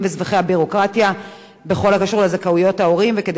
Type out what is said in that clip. וסבכי הביורוקרטיה בכל הקשור לזכאויות ההורים וכדי